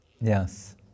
Yes